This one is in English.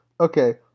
Okay